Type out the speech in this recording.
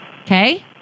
Okay